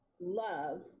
love